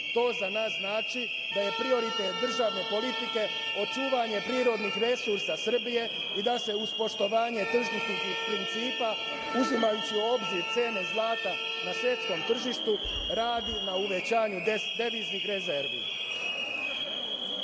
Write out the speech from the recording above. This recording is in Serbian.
to za nas znači da je prioritet državne politike očuvanje prirodnih resursa Srbije i da se uz poštovanje tržišnih principa uzimajući u obzir cene zlata na svetskom tržištu radi na uvećanju deviznih rezervi.Za